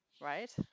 right